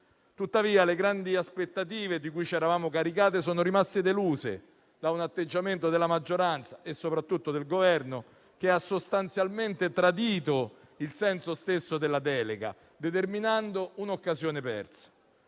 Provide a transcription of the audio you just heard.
Tuttavia, le grandi aspettative di cui ci eravamo caricati sono rimaste deluse da un atteggiamento della maggioranza e soprattutto del Governo, che ha sostanzialmente tradito il senso stesso della delega, determinando un'occasione persa.